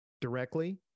directly